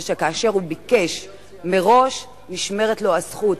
זה שכאשר הוא ביקש מראש נשמרת לו הזכות.